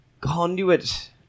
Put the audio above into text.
conduit